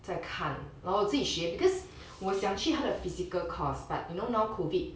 在看然后我自己学 because 我想去他的 physical course but you know now COVID